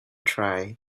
try